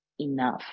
enough